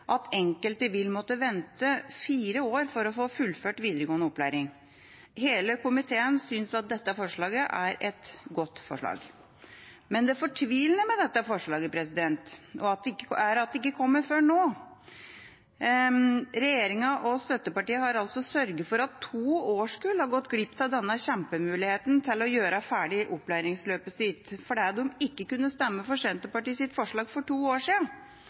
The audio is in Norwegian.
at enkelte vil måtte vente fire år for å få fullført videregående opplæring. Hele komiteen synes dette er et godt forslag. Det fortvilende med dette forslaget er at det ikke kommer før nå. Regjeringa og støttepartiene har sørget for at to årskull har gått glipp av denne kjempemuligheten til å gjøre ferdig opplæringsløpet sitt, fordi de ikke kunne stemme for Senterpartiets forslag for to år